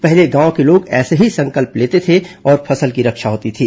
पहले गांव के लोग ऐसे ही संकल्प लेते थे और फसल की रक्षा होती थी